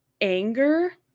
anger